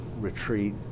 retreat